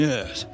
Yes